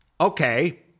okay